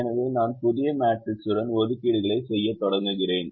எனவே நான் புதிய மேட்ரிக்ஸுடன் ஒதுக்கீடுகளைச் செய்யத் தொடங்குகிறேன்